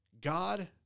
God